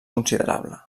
considerable